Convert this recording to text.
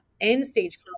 end-stage